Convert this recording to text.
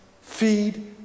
feed